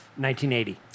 1980